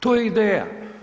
To je ideja.